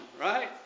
right